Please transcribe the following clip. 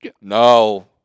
No